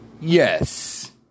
Yes